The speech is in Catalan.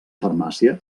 farmàcia